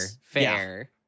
fair